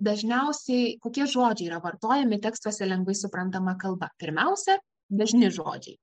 dažniausiai kokie žodžiai yra vartojami tekstuose lengvai suprantama kalba pirmiausia dažni žodžiai